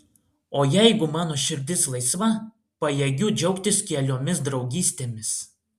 o jeigu mano širdis laisva pajėgiu džiaugtis keliomis draugystėmis